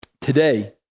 Today